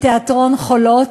של תיאטרון "חולות",